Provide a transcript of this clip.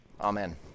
Amen